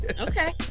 Okay